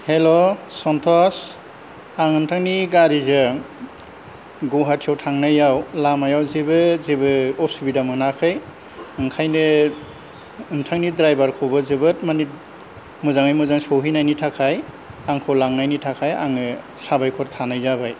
हेल' सन्तश आं नोंथांनि गारिजों गुवाहाटियाव थांनायाव लामायाव जेबो जेबो उसुबिदा मोनाखै ओंखायनो नोंथांनि ड्राइबारखौबो जोबोद माने मोजाङै मोजां सौहैनायनि थाखाय आंखौ लांनायनि थाखाय आङो साबायखर थानाय जाबाय